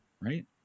Right